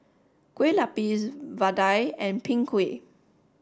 Kueh Lapis Vadai and Png Kueh